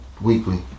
weekly